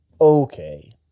Okay